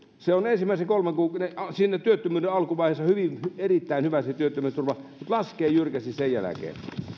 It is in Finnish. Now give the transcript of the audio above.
se työttömyysturva on siinä työttömyyden alkuvaiheessa erittäin hyvä mutta se laskee jyrkästi sen jälkeen